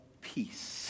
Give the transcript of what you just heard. Peace